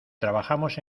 trabajamos